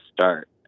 start